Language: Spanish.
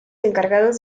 encargados